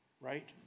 right